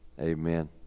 Amen